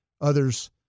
others